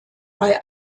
bei